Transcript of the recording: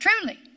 Truly